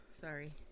sorry